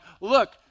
look